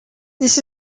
this